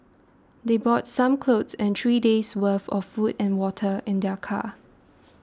they brought some clothes and three days' worthy of food and water in their car